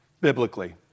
biblically